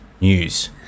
news